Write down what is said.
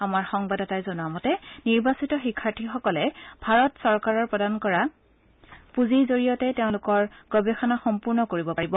আমাৰ সংবাদদাতাই জনোৱা মতে নিৰ্বাচিত শিক্ষাৰ্থীসকলে ভাৰত চৰকাৰৰ প্ৰদান কৰা পুঁজিৰ জৰিয়তে তেওঁলোকৰ গৱেষণা সম্পূৰ্ণ কৰিব পাৰিব